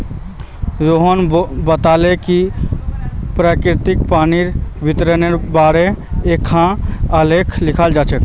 रोहण बताले कि वहैं प्रकिरतित पानीर वितरनेर बारेत एकखाँ आलेख लिख छ